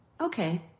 Okay